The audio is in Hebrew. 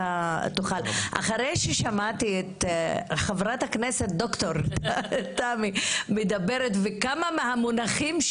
אחרי ששמעתי את חברת הכנסת ד"ר מטי מדברת על כל מיני מונחים,